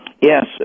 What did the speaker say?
Yes